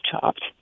chopped